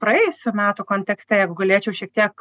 praėjusių metų kontekste jeigu galėčiau šiek tiek